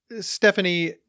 Stephanie